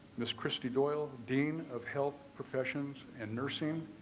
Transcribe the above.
ms kristi doyle dean of health professions and nursing.